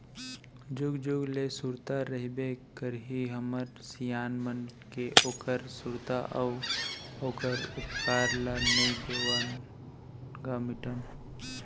जुग जुग ले सुरता रहिबे करही हमर सियान मन के ओखर सुरता अउ ओखर उपकार ल नइ देवन ग मिटन